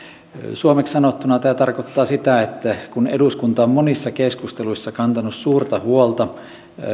suomeksi sanottuna tämä tarkoittaa sitä että kun eduskunta on monissa keskusteluissa kantanut suurta huolta